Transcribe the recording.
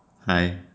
Hi